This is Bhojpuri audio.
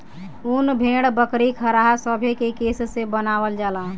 उन भेड़, बकरी, खरहा सभे के केश से बनावल जाला